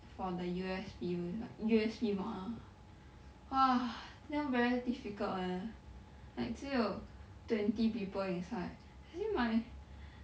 for the U_S_P like U_S_P mod ah !wah! this [one] very difficult eh like 只有 twenty people inside see my